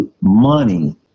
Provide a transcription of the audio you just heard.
money